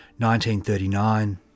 1939